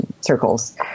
circles